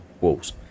walls